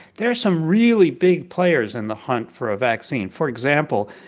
there are some really big players in the hunt for a vaccine. for example,